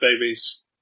babies